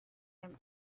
him